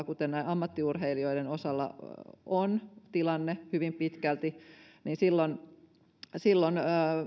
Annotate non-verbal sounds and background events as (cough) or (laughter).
(unintelligible) kuten ammattiurheilijoiden osalta on tilanne hyvin pitkälti niin silloin silloin